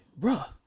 bruh